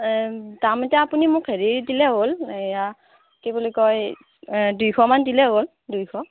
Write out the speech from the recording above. দাম এতিয়া আপুনি মোক হেৰি দিলে হ'ল এইয়া কি বুলি কয় দুইশমান দিলে হ'ল দুইশ